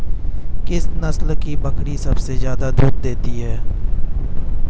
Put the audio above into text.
किस नस्ल की बकरी सबसे ज्यादा दूध देती है?